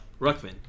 Ruckman